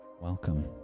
Welcome